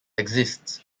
exists